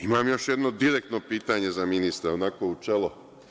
Imam još jedno direktno pitanje za ministra, onako u čelo.